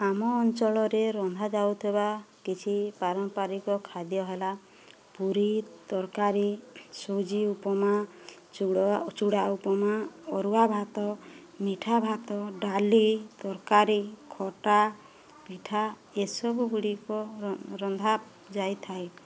ଆମ ଅଞ୍ଚଳରେ ରନ୍ଧା ଯାଉଥିବା କିଛି ପାରମ୍ପାରିକ ଖାଦ୍ୟ ହେଲା ପୁରୀ ତରକାରୀ ସୁଜି ଉପମା ଚୁଡ଼ା ଉପମା ଅରୁଆ ଭାତ ମିଠା ଭାତ ଡାଲି ତରକାରୀ ଖଟା ପିଠା ଏ ସବୁଗୁଡ଼ିକ ରନ୍ଧା ଯାଇଥାଏ